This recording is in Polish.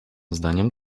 zdaniem